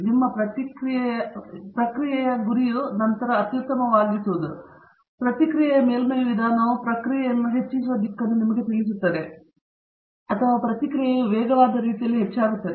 ನಿಮ್ಮ ಪ್ರಕ್ರಿಯೆಯ ಗುರಿಯು ನಂತರ ಅತ್ಯುತ್ತಮವಾಗಿಸುವುದು ಪ್ರತಿಕ್ರಿಯೆಯ ಮೇಲ್ಮೈ ವಿಧಾನವು ಪ್ರಕ್ರಿಯೆಯನ್ನು ಹೆಚ್ಚಿಸುವ ದಿಕ್ಕನ್ನು ನಿಮಗೆ ತಿಳಿಸುತ್ತದೆ ಅಥವಾ ಪ್ರತಿಕ್ರಿಯೆಯು ವೇಗವಾದ ರೀತಿಯಲ್ಲಿ ಹೆಚ್ಚಾಗುತ್ತದೆ